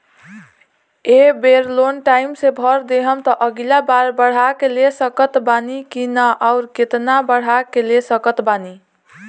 ए बेर loan time से भर देहम त अगिला बार बढ़ा के ले सकत बानी की न आउर केतना बढ़ा के ले सकत बानी?